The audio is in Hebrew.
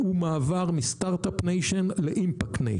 הוא מעבר מאומת הסטרטאפ לאומת ההשפעה.